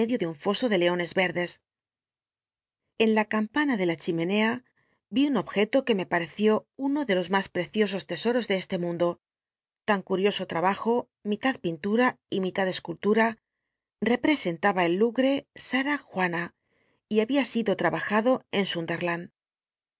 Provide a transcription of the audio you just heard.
de un foso de leones vetdcs en la campana de la chimcnc un objeto que me pareció uno de los mas preciosos tesoros de este mundo tan curioso trabajo mitad pintura y mitad escultura representaba el lugre sal th juana y babia sido trabajado en sunderlimd en